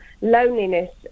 loneliness